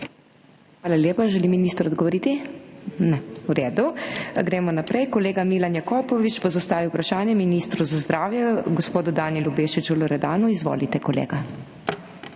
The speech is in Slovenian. Hvala lepa. Želi minister odgovoriti? Ne. V redu. Gremo naprej, kolega Milan Jakopovič bo zastavil vprašanje ministru za zdravje, gospodu Danijelu Bešiču Loredanu. Izvolite, kolega.